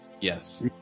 Yes